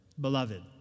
Beloved